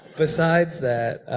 besides that,